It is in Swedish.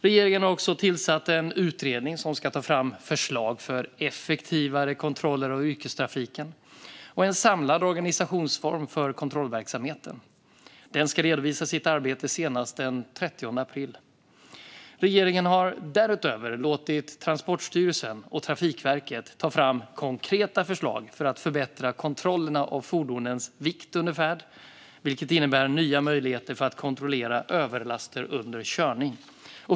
Regeringen har också tillsatt en utredning som ska ta fram förslag för effektivare kontroller av yrkestrafiken och en samlad organisationsform för kontrollverksamheten. Den ska redovisa sitt arbete senast den 30 april. Regeringen har därutöver låtit Transportstyrelsen och Trafikverket ta fram konkreta förslag för att förbättra kontrollerna av fordonens vikt under färd, vilket innebär nya möjligheter att kontrollera överlaster under körning.